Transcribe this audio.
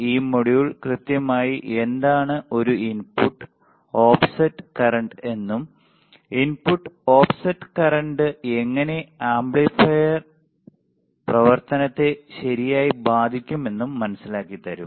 ഈ മൊഡ്യൂൾ കൃത്യമായി എന്താണ് ഒരു ഇൻപുട്ട് ഓഫ്സെറ്റ് കറന്റ് എന്നും ഇൻപുട്ട് ഓഫ്സെറ്റ് കറന്റ് എങ്ങനെ ആംപ്ലിഫയർ പ്രവർത്തനത്തെ ശരിയായി ബാധിക്കും എന്നും മനസ്സിലാക്കിതരും